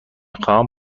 خواهم